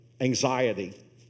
anxiety